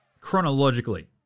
chronologically